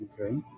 Okay